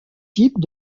types